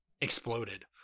exploded